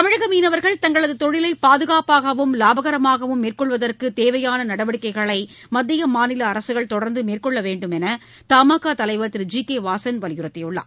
தமிழக மீனவர்கள் தங்களது தொழிலை பாதுனப்பாகவும் லாபனரமாகவும் மேற்கொள்வதற்கு தேவையாள நடவடிக்கைகளை மத்திய மாநில அரசுகள் தொடர்ந்து மேற்கொள்ள வேண்டும் என்று தமாகா தலைவர் திரு ஜி கே வாசன் வலியுறுத்தியுள்ளார்